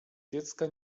dziecka